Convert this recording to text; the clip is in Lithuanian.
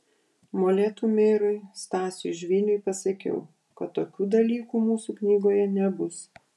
molėtų merui stasiui žviniui pasakiau kad tokių dalykų mūsų knygoje nebus